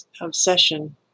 obsession